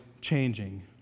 changing